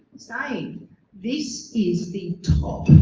saying this is the top